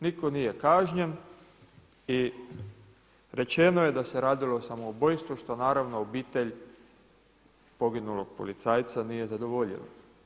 Nitko nije kažnjen i rečeno je da se radilo o samoubojstvu što naravno obitelj poginulog policajca nije zadovoljilo.